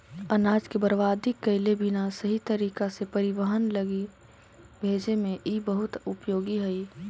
अनाज के बर्बाद कैले बिना सही तरीका से परिवहन लगी भेजे में इ बहुत उपयोगी हई